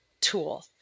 tool